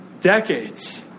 decades